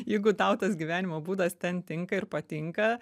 jeigu tau tas gyvenimo būdas ten tinka ir patinka